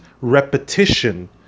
repetition